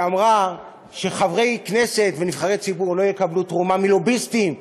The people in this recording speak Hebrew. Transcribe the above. שאמרה שחברי כנסת ונבחרי ציבור לא יקבלו תרומה מלוביסטים,